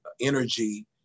energy